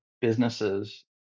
businesses